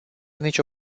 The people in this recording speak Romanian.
nicio